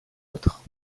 autre